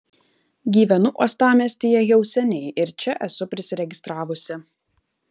gyvenu uostamiestyje jau seniai ir čia esu prisiregistravusi